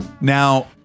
Now